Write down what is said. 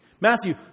Matthew